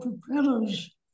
propellers